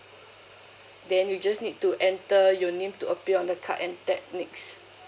then you just need to enter your name to appear on the card and then next